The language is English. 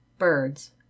birds